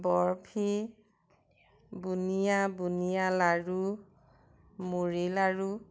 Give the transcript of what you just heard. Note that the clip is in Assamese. বৰ্ফি বুন্দিয়া বুন্দিয়া লাড়ু মুড়ি লাড়ু